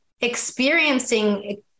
experiencing